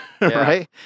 right